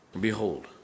Behold